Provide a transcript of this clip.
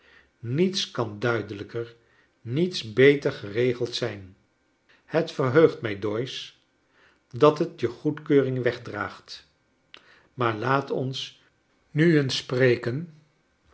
niets kan duidelijker niets beter geregeld zijn het verheugt mij doyce dat het je goedkeuring wegdraagt maar laat ons nu eens spreken